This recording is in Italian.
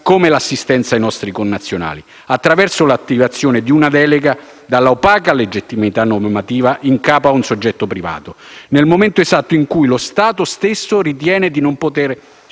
come l'assistenza ai nostri connazionali, attraverso l'attivazione di una delega - dalla opaca legittimità normativa - in capo ad un soggetto privato, nel momento esatto in cui lo Stato stesso ritiene di non poter